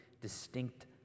distinct